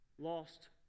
lost